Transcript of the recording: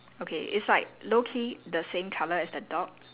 okay it's like low key the same colour as the dog